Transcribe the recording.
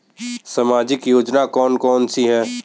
सामाजिक योजना कौन कौन सी हैं?